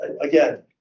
again